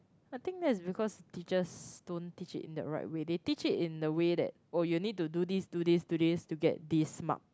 I think that is because teachers don't teach it in the right way they teach it in the way that oh you need to do this do this do this to get this mark